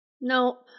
Nope